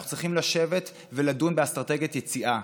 אנחנו צריכים לשבת ולדון באסטרטגיית יציאה,